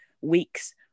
weeks